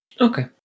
okay